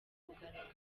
mugaragaro